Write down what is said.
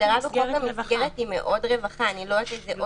ההגדרה בחוק המסגרת היא מאוד רחבה וכוללת.